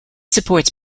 supports